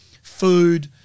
Food